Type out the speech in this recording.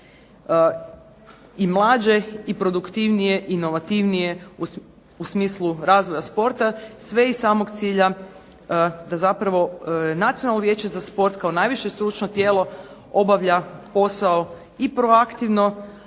i mlađe i produktivnije, inovativnije u smislu razvoja sporta sve iz samog cilja da zapravo Nacionalno vijeće za sport kao najviše stručno tijelo obavlja posao i proaktivno,